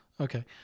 Okay